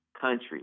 country